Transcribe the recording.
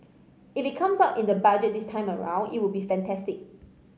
if it comes out in the Budget this time around it would be fantastic